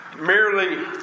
merely